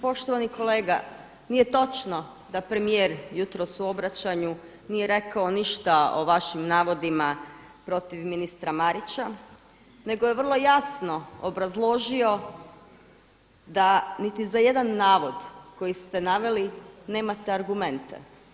Poštovani kolega, nije točno da premijer jutros u obraćanju nije rekao ništa o vašim navodima protiv ministra Marića nego je vrlo jasno obrazložio da niti za jedan navod koji ste naveli nemate argumente.